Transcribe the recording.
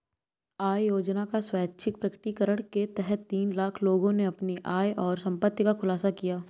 आय योजना का स्वैच्छिक प्रकटीकरण के तहत तीन लाख लोगों ने अपनी आय और संपत्ति का खुलासा किया